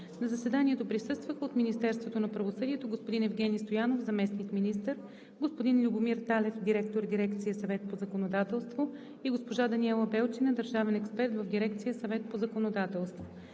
На заседанието присъстваха от Министерството на правосъдието: господин Евгени Стоянов – заместник-министър, господин Любомир Талев – директор на дирекция „Съвет по законодателство“, и госпожа Даниела Белчина – държавен експерт в дирекция „Съвет по законодателство“.